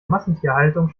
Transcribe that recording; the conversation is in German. massentierhaltung